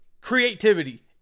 Creativity